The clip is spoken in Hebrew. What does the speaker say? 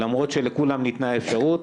למרות שלכולם ניתנה אפשרות,